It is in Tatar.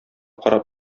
карап